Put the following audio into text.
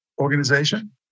organization